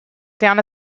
down